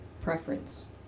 preference